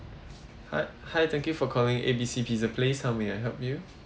hi hi thank you for calling A B C pizza place how may I help you